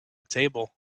table